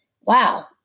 wow